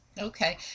okay